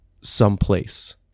someplace